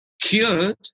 cured